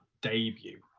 debut